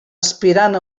aspirant